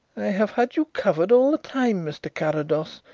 have had you covered all the time, mr. carrados,